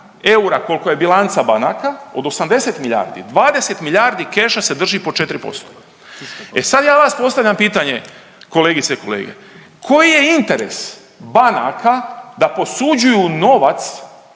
eura koliko je bilanca banaka od 80 miljardi, 20 miljardi keša se drži po 4%. E sad ja vas postavljam pitanje kolegice i kolege, koji je interes banaka da posuđuju novac